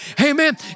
Amen